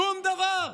שום דבר.